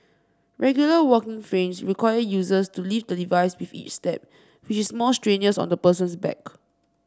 regular walking frames require users to lift the device with each step which is more strenuous on the person's back